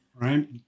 Right